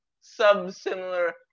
sub-similar